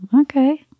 okay